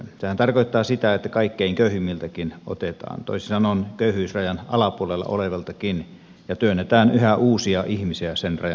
sehän tarkoittaa sitä että kaikkein köyhimmiltäkin otetaan toisin sanoen köyhyysrajan alapuolella oleviltakin ja työnnetään yhä uusia ihmisiä sen rajan alapuolelle